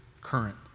current